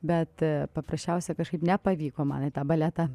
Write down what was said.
bet paprasčiausiai kažkaip nepavyko man į tą baletą